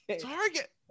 Target